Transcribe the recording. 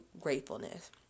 gratefulness